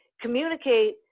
Communicate